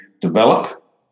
develop